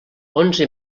onze